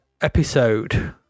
episode